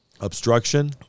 Obstruction